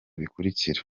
bikurikira